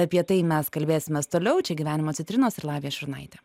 apie tai mes kalbėsimės toliau čia gyvenimo citrinos ir lavija šurnaitė